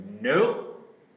nope